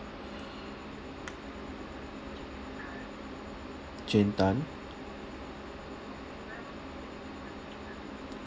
jane tan